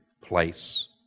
place